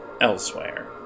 elsewhere